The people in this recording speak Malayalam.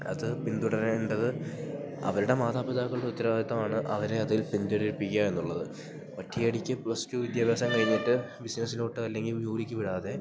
അത് പിന്തുടരേണ്ടത് അവരുടെ മാതാപിതാക്കളുടെ ഉത്തരവാദിത്തമാണ് അവരെ അതിൽ പിന്തുടരിപ്പിക്കുക എന്നുള്ളത് ഒറ്റയടിക്ക് പ്ലസ് റ്റു വിദ്യാഭ്യാസം കഴിഞ്ഞിട്ട് ബിസിനസ്സിലോട്ട് അല്ലെങ്കിൽ ജോലിക്ക് വിടാതെ